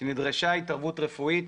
ונדרשה התערבות רפואית.